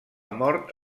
mort